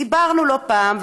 דיברנו לא פעם,